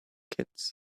kids